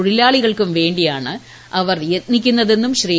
തൊഴിലാളികൾക്കും വേണ്ടിയാണ് അവർ യത്നിക്കുന്നതെന്നും ശ്രീ